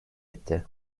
etti